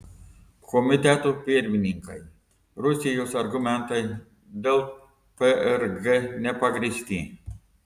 komitetų pirmininkai rusijos argumentai dėl prg nepagrįsti